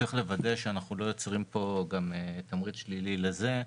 צריך לוודא שאנחנו לא יוצרים פה גם תמריץ שלילי לזה,